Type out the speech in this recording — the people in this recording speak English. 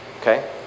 okay